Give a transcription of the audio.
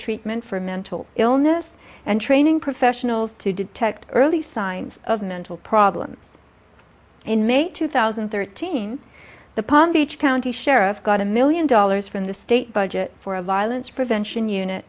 treatment for mental illness and training professionals to detect early signs of mental problems in may two thousand and thirteen the palm beach county sheriff's got a million dollars from the state budget for a violence prevention unit